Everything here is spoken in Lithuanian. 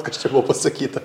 kas čia buvo pasakyta